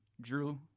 Drew